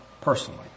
personally